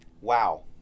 wow